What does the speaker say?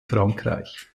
frankreich